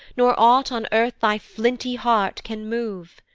nor ought on earth thy flinty heart can move.